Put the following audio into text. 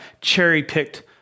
cherry-picked